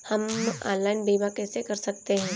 हम ऑनलाइन बीमा कैसे कर सकते हैं?